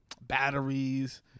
batteries